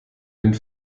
wind